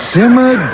Simmer